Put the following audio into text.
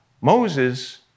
Moses